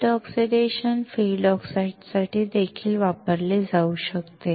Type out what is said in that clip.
ओले oxidation field ऑक्साइडसाठी वापरले जाऊ शकते